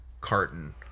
carton